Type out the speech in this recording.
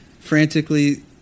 Frantically